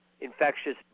infectious